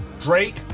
Drake